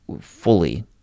fully